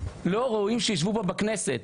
לא ראויים שישבו פה בכנסת.